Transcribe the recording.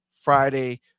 Friday